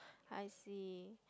I see